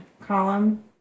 column